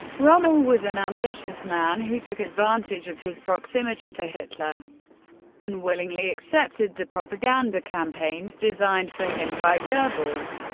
rommel was an ambitious man who took advantage of his proximity to hitler and willingly accepted the propaganda campaigns designed for him by goebbels.